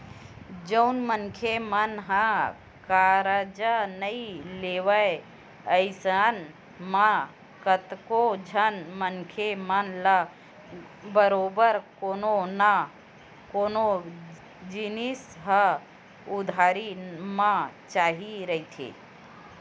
जउन मनखे मन ह करजा नइ लेवय अइसन म कतको झन मनखे मन ल बरोबर कोनो न कोनो जिनिस ह उधारी म चाही रहिथे